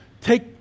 Take